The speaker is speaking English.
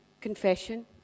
confession